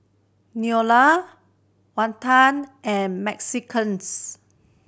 Neola Walton and